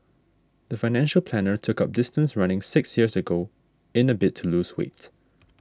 the financial planner took up distance running six years ago in a bid to lose weight